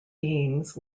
beings